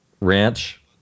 ranch